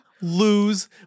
lose